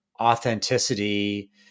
authenticity